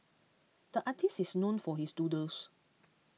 the artist is known for his doodles